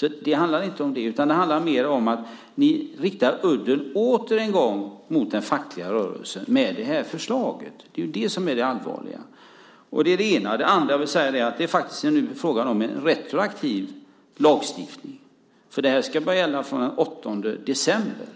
Det här handlar alltså inte om det utan mer om att ni med det här förslaget återigen riktar udden mot den fackliga rörelsen. Det är ju det som är det allvarliga. Det är det ena. Det andra jag vill säga är att det faktiskt är fråga om en retroaktiv lagstiftning. Det här ska börja gälla från den 8 december.